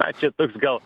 na čia toks gal